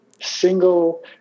single